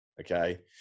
okay